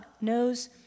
knows